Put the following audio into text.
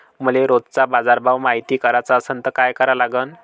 मले रोजचा बाजारभव मायती कराचा असन त काय करा लागन?